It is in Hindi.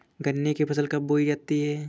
गन्ने की फसल कब बोई जाती है?